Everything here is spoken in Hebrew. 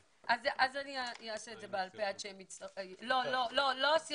2. אנחנו לא נקבל ולא נאפשר